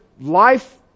life